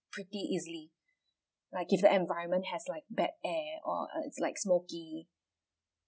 pretty easily like if the environment has like bad air or uh is like smoky